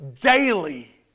daily